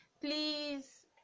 Please